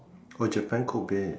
oh Japan Kobe